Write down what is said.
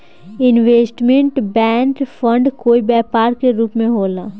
investment fund कोई व्यापार के रूप में होला